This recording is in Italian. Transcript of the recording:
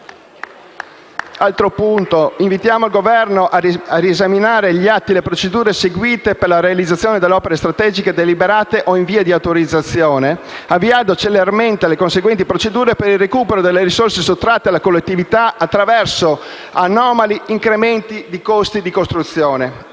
Gruppo M5S)*. Invitiamo inoltre il Governo a riesaminare gli atti e le procedure seguite per la realizzazione delle opere strategiche deliberate o in via di autorizzazione, avviando celermente le conseguenti procedure per il recupero delle risorse sottratte alla collettività attraverso anomali e abominevoli incrementi dei costi di costruzione.